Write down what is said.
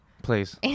Please